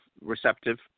receptive